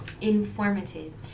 informative